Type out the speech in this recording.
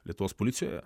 lietuvos policijoje